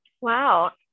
Wow